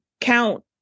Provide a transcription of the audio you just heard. count